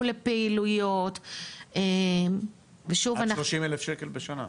הוא לפעילויות ושוב אנחנו --- רק 30 אלף שקל בשנה.